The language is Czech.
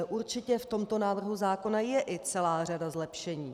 Určitě v tomto návrhu zákona je i celá řada zlepšení.